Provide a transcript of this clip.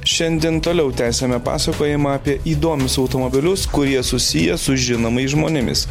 šiandien toliau tęsiame pasakojimą apie įdomius automobilius kurie susiję su žinomais žmonėmis